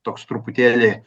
toks truputėlį